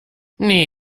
nee